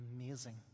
Amazing